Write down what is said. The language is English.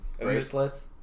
Bracelets